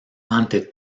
ante